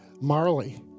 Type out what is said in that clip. Marley